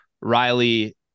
riley